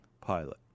pilot